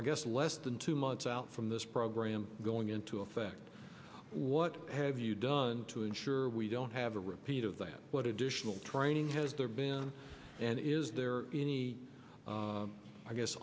i guess less than two months out from this program going into effect what have you done to ensure we don't have a repeat of what additional training has there been and is there any i guess